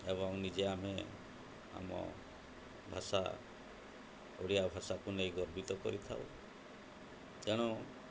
ଏବଂ ନିଜେ ଆମେ ଆମ ଭାଷା ଓଡ଼ିଆ ଭାଷାକୁ ନେଇ ଗର୍ବିତ କରିଥାଉ ତେଣୁ